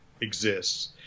exists